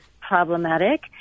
problematic